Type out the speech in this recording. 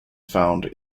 found